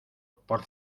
por